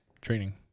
training